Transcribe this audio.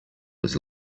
was